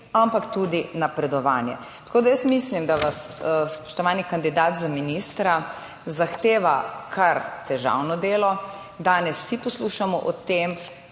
ampak tudi napredovanje. Tako da, jaz mislim, da vas, spoštovani kandidat za ministra zahteva kar težavno delo. Danes vsi poslušamo o tem